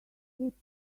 slipped